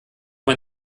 man